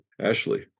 Ashley